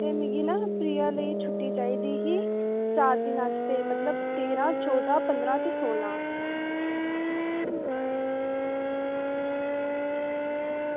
ते मिगी ना प्रिया लेई छुट्टी चाहिदी ही चार दिन आस्तै मतलब तेरां चौदां पंदरां ते सोलां